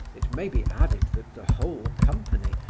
it may be added that the whole company,